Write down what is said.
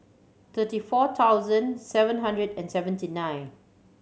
thirty four thousand seven hundred and seventy nine